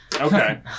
okay